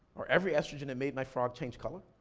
or every estrogen, it made my frog change color,